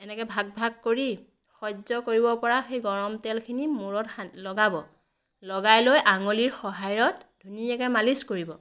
এনেকৈ ভাগ ভাগ কৰি সহ্য় কৰিব পৰা সেই গৰম তেলখিনি মূৰত সান লগাব লগাই লৈ আঙুলিৰ সহায়ত ধুনীয়াকৈ মালিচ কৰিব